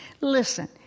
Listen